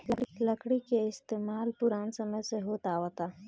लकड़ी के इस्तमाल पुरान समय से होत आवता